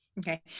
Okay